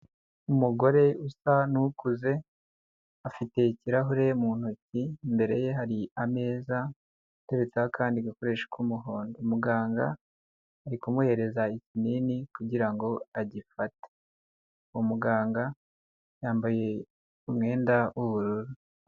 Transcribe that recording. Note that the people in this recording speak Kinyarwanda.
Umugore usa n'ukuze afite ikirahure mu ntoki, imbere ye hari ameza ateretseho akandi gakoresho k'umuhondo, muganga ari kumuhereza ikinini kugira ngo agifate, umuganga yambaye umwenda w'ubururu.